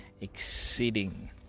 exceeding